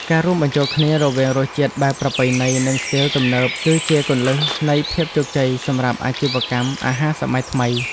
ការរួមបញ្ចូលគ្នារវាងរសជាតិបែបប្រពៃណីនិងស្ទីលទំនើបគឺជាគន្លឹះនៃភាពជោគជ័យសម្រាប់អាជីវកម្មអាហារសម័យថ្មី។